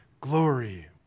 glory